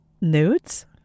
Nudes